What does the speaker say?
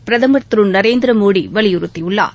பிரதமர் திரு நரேந்திர மோடி வலியுறுத்தியுள்ளார்